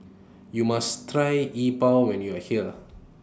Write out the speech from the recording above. YOU must Try Yi Bua when YOU Are here